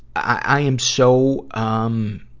i am so, um,